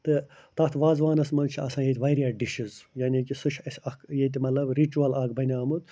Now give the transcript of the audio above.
تہٕ تَتھ وازٕوانَس منٛز چھِ آسان ییٚتہِ واریاہ ڈِشِز یعنی کہِ سُہ چھِ اَسہِ اَکھ ییٚتہِ رِچوَل اَکھ بنیومُت